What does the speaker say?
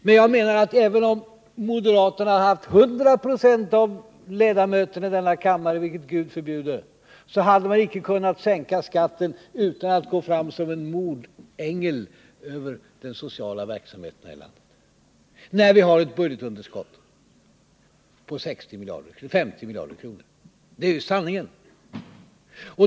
Men jag menar att även om moderaterna haft 100 96 av ledamöterna i denna kammare, vilket Gud förbjude, så hade de inte kunnat sänka skatten utan att gå fram som mordänglar över den sociala verksamheten här i landet, när vi har ett budgetunderskott på 50 miljarder kronor. Det är ju sanningen.